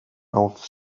auf